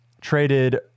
traded